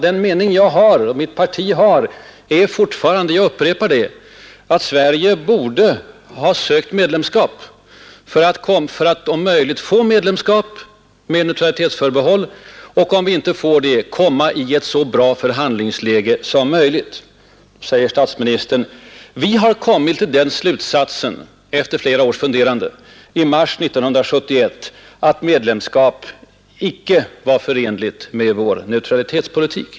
Den mening jag och mitt parti har är fortfarande — jag upprepar det — att Sverige borde ha sökt medlemskap för att om möjligt få medlemskap med neutralitetsförbehåll och för att, om vi inte får det, komma i så bra förhandlingsläge som möjligt. Nu säger statsministern att regeringen i mars 1971 hade kommit till den slutsatsen efter flera års funderande att medlemskap icke var förenligt med vår neutralitetspolitik.